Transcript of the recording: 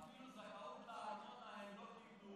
אפילו זכאות לארנונה הם לא קיבלו,